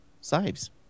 saves